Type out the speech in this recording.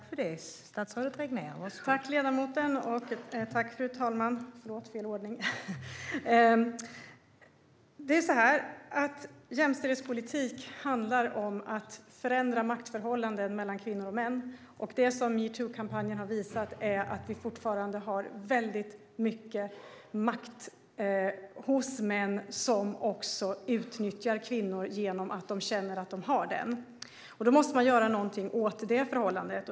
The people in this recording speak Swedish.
Fru talman! Tack för frågan, ledamoten! Jämställdhetspolitik handlar om att förändra maktförhållanden mellan kvinnor och män. Metoo-kampanjen har visat att det fortfarande ligger väldigt mycket makt hos män som också utnyttjar kvinnor genom att de känner att de har den makten. Då måste vi göra någonting åt det förhållandet.